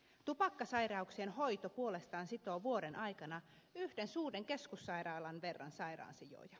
tupakkasairauksien hoito puolestaan sitoo vuoden aikana yhden suuren keskussairaalan verran sairaansijoja